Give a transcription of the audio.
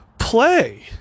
play